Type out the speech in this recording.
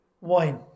wine